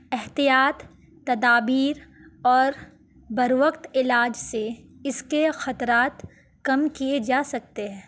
احتیاط تدابیر اور بر وقت علاج سے اس کے خطرات کم کیے جا سکتے ہیں